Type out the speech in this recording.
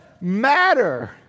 matter